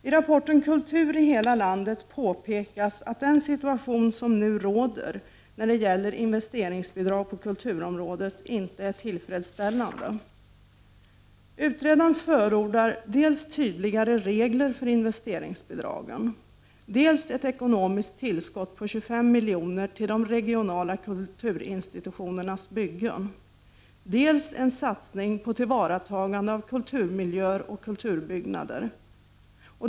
I rapporten Kultur i hela landet påpekas att den situation som nu råder när det gäller investeringsbidrag på kulturområdet inte är tillfredsställande. Utredaren förordar dels tydligare regler för investeringsbidragen, dels ett ekonomiskt tillskott på 25 miljoner till de regionala kulturinstitutionernas byggen, dels en satsning på tillvaratagande av kulturmiljöer och kulturbyggnader.